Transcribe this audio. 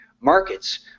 markets